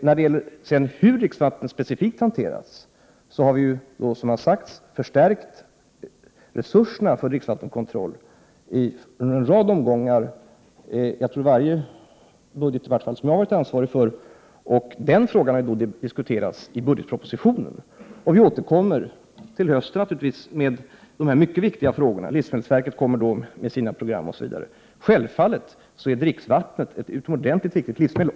När det gäller hur dricksvattnet specifikt hanteras har vi, som sagt, förstärkt resurserna i fråga om dricksvattenkontrollen vid flera tillfällen, åtminstone i varje budget som jag har haft ansvar för, och frågan har tagits upp i budgetpropositionen. Vi återkommer naturligtvis till hösten med dessa mycket viktiga frågor. Livsmedelsverket kommer då att lägga fram sina program, osv. Självfallet är dricksvattnet ett utomordentligt viktigt livsmedel.